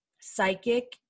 psychic